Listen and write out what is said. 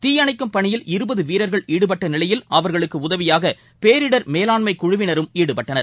தீயணைக்கும் பணியில் இருபது வீரர்கள் ஈடுபட்ட நிலையில் அவர்களுக்கு உதவியாக பேரிடர் மேலாண்மை குழுவினரும் ஈடுபட்டனர்